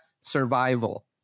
Survival